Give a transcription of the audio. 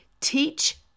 teach